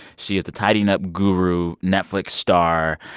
she is the tidying up guru, netflix star.